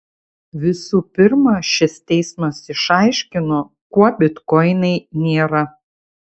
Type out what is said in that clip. visų pirma šis teismas išaiškino kuo bitkoinai nėra